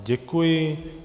Děkuji.